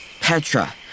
Petra